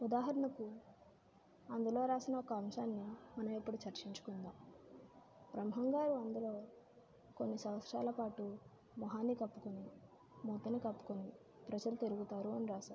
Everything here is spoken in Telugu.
ఉదాహరణకు అందులో రాసిన ఒక అంశాన్ని మనం ఇప్పుడు చర్చించుకుందాం బ్రహ్మం గారు అందులో కొన్ని సంవత్సరాల పాటు ముఖాన్ని కప్పుకుని మూతిని కప్పుకుని ప్రజలు తిరుగుతారు అని రాశారు